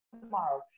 tomorrow